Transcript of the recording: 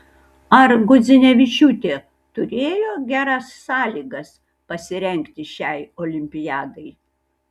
ar gudzinevičiūtė turėjo geras sąlygas pasirengti šiai olimpiadai